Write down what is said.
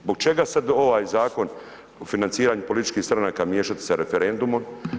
Zbog čega sad ovaj Zakon o financiranju političkih stranka miješati sa referendumom?